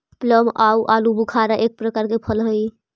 plum आउ आलूबुखारा एक प्रकार के फल हई